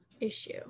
issue